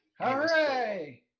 Hooray